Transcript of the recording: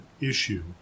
issue